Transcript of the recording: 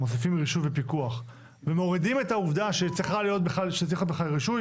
מוסיפים רישוי ופיקוח ומורידים את העובדה שצריך להיות בכלל רישוי,